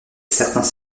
certains